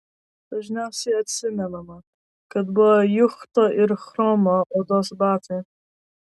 dažniausiai atsimenama kad buvo juchto ir chromo odos batai